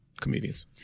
comedians